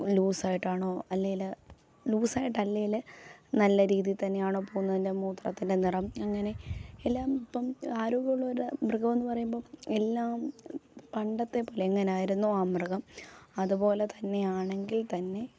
ലൂസായിട്ടാണോ അല്ലേല് ലൂസായിട്ടല്ലേല് നല്ല രീതിയിൽ തന്നെയാണോ പോകുന്നതിൻ്റെ മൂത്രത്തിൻ്റെ നിറം അങ്ങനെ എല്ലാം ഇപ്പം ആരോഗ്യമുള്ള ഒരു മൃഗം എന്ന് പറയുമ്പം എല്ലാം പണ്ടത്തെപ്പോലെ അങ്ങനെ ആയിരുന്നോ ആ മൃഗം അതുപോലെതന്നെയാണെങ്കിൽ തന്നെ